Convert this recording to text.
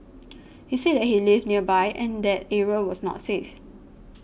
he said that he lived nearby and that area was not safe